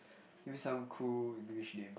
give me some cool English name